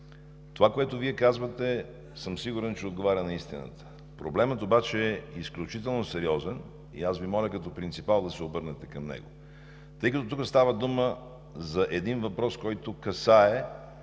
това, което Вие казвате, съм сигурен, че отговаря на истината. Проблемът обаче е изключително сериозен и аз Ви моля, като принципал да се обърнете към него, тъй като тук става дума за един въпрос, който касае